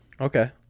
Okay